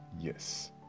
yes